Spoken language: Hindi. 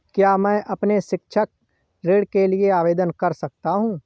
क्या मैं अपने शैक्षिक ऋण के लिए आवेदन कर सकता हूँ?